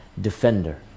defender